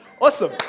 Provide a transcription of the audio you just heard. Awesome